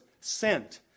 sent